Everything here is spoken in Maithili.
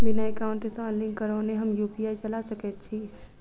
बिना एकाउंट सँ लिंक करौने हम यु.पी.आई चला सकैत छी?